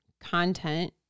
content